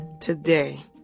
today